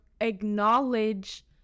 acknowledge